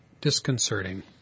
disconcerting